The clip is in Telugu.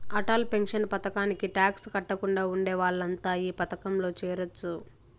అటల్ పెన్షన్ పథకానికి టాక్స్ కట్టకుండా ఉండే వాళ్లంతా ఈ పథకంలో చేరొచ్చు